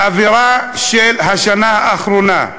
באווירה של השנה האחרונה,